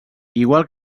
igual